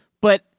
but-